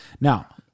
Now